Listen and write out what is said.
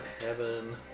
heaven